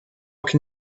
can